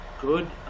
good